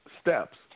steps